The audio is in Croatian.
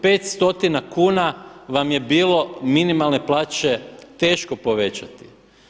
Pet stotina kuna vam je bilo minimalne plaće teško povećati.